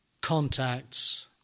contacts